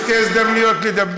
אנחנו ניתן לך שתי הזדמנויות לדבר.